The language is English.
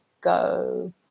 go